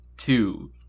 Two